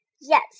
yes